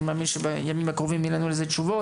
אני מאמין שבימים הקרובים יהיה לנו על זה תשובות.